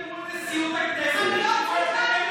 תבקשי אל מול נשיאות הכנסת,